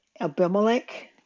Abimelech